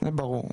זה ברור.